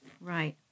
Right